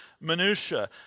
minutiae